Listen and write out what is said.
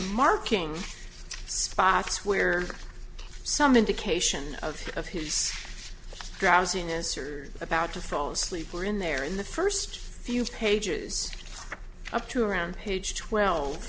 marking spots where some indication of of his drowsiness are about to fall asleep or in there in the first few pages up to around page twelve